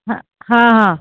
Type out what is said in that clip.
हं हां हां